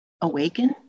awaken